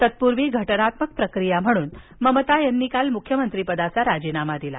तत्पूर्वी घटनात्मक प्रक्रिया म्हणून ममता यांनी काल मुख्यमंत्री पदाचा राजीनामा दिला